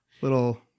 little